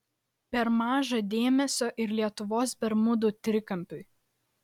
per maža dėmesio ir lietuvos bermudų trikampiui